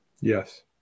Yes